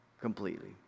Completely